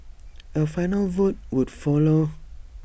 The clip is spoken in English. A final vote would follow